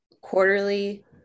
quarterly